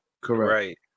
Correct